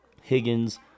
Higgins